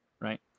right